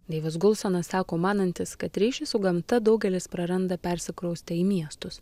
deivas gulsonas sako manantis kad ryšį su gamta daugelis praranda persikraustę į miestus